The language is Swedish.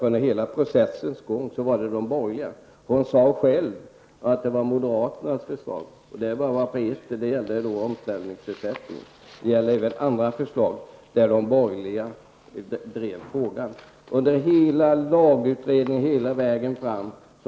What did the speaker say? Under hela processens gång var det de borgerliga som gjorde det. Hon sade själv att det var moderaternas förslag som antogs när det gällde omställningsersättningen. Även i andra frågor var det de borgerliga som drev på under hela vägen fram.